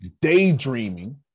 daydreaming